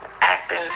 acting